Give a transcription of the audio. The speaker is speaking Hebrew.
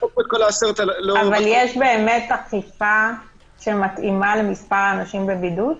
אבל יש אכיפה שמתאימה למספר האנשים בבידוד?